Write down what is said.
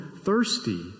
thirsty